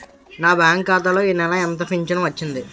నా బ్యాంక్ ఖాతా లో ఈ నెల ఎంత ఫించను వచ్చింది?